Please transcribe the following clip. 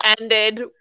ended